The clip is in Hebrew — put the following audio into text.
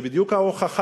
זו בדיוק ההוכחה.